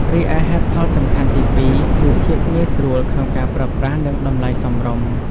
រីឯហេតុផលសំខាន់ទីពីរគឺ ភាពងាយស្រួលក្នុងការប្រើប្រាស់និងតម្លៃសមរម្យ។